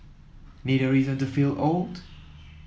need a reason to feel old